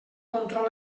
control